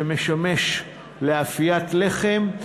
שמשמש לאפיית לחם,